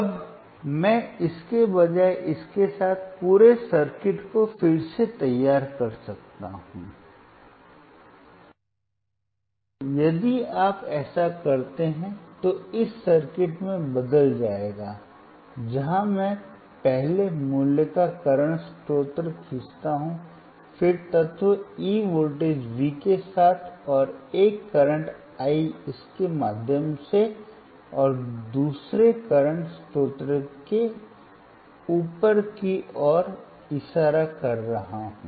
अब मैं इसके बजाय इसके साथ पूरे सर्किट को फिर से तैयार कर सकता हूं इसलिए यदि आप ऐसा करते हैं तो यह इस सर्किट में बदल जाएगा जहां मैं पहले मूल्य का करंट स्रोत खींचता हूं फिर तत्व E वोल्टेज V के साथ और एक करंट I इसके माध्यम से और दूसरे करंट स्रोत को ऊपर की ओर इशारा कर रहा हूं